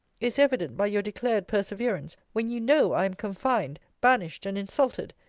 is evident by your declared perseverance, when you know i am confined, banished, and insulted,